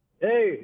Hey